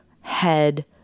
head